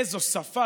איזו שפה.